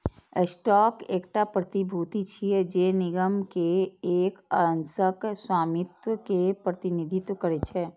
stock एकटा प्रतिभूति छियै, जे निगम के एक अंशक स्वामित्व के प्रतिनिधित्व करै छै